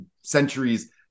centuries